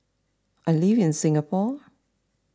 I live in Singapore